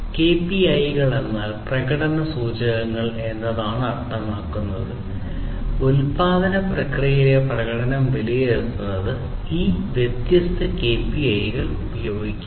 കെപിഐകൾ എന്നാൽ പ്രധാന പ്രകടന സൂചകങ്ങൾ എന്നാണ് അർത്ഥമാക്കുന്നത് ഉൽപാദന പ്രക്രിയയിലെ പ്രകടനം വിലയിരുത്തുന്നതിന് ഈ വ്യത്യസ്ത കെപിഐകൾ ഉപയോഗിക്കുക